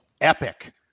epic